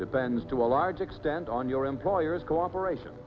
depends to a large extent on your employer's cooperation